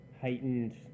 heightened